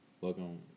Welcome